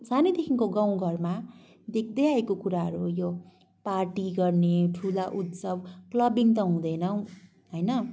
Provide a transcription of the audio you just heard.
सानैदेखिको गाउँघरमा देख्दैआएको कुराहरू हो यो पार्टी गर्ने ठुला उत्सव क्लबिङ त हुँदैन होइन